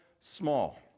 small